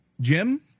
Jim